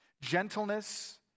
Gentleness